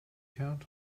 count